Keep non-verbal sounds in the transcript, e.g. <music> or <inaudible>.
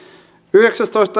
yhdeksästoista <unintelligible>